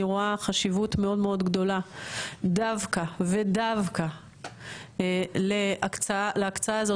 אני רואה חשיבות מאוד גדולה דווקא ודווקא להקצאה הזו